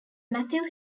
matthew